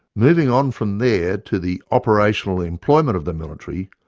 moving on from there to the operational employment of the military,